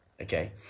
Okay